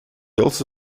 also